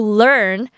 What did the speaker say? learn